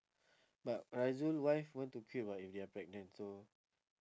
but azul wife want to quit what if they are pregnant so